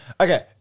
Okay